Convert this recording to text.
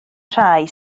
rhai